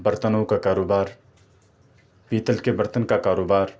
برتنوں کا کاروبار پیتل کے برتن کا کاروبار